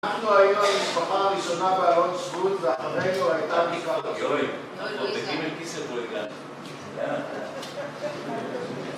אנחנו היינו המשפחה הראשונה באלון שבות ואחרינו הייתה...